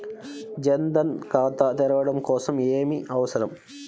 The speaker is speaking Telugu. జన్ ధన్ ఖాతా తెరవడం కోసం ఏమి అవసరం?